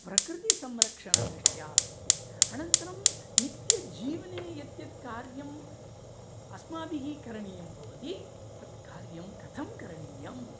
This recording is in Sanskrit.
प्रकृतिसंरक्षणदृष्ट्या आनन्तरं नित्यजीवने यत् यत् कार्यं अस्माभिः करणीयं भवति तत्कार्यं कथं करणीयं